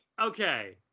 okay